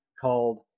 called